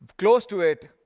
close to it,